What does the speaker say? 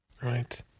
right